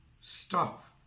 Stop